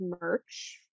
merch